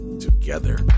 together